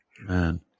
man